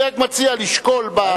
אני רק מציע לשקול.